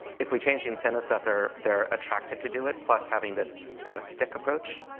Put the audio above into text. if we change the incentives that they're they're attracted to do it, plus having this kind of stick approach,